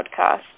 podcast